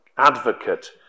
advocate